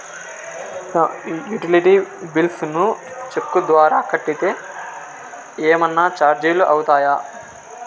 Utility bills ను cheque ద్వారా కట్టితే ఏమన్నా చార్జీలు అవుతాయా?